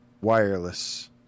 wireless